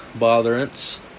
botherance